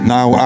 Now